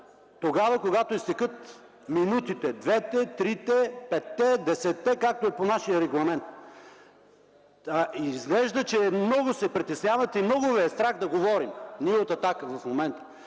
тогава когато изтекат минутите – двете, трите, петте, десетте, както е по нашия регламент. Изглежда, че много се притеснявате и много ви е страх да говорим ние от „Атака” в момента,